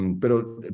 Pero